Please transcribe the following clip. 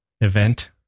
event